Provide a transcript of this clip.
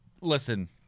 listen